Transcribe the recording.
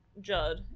Judd